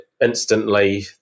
instantly